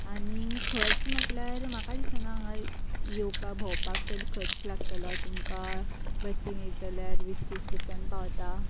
आनी खर्च म्हटल्यार म्हाका दिसना हांगा येवपाक भोवपाक चड खर्च लागतलो तुमकां बसीन येता जाल्यार वीस तीस रुपयान पावता